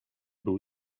był